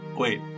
wait